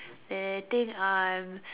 they think I'm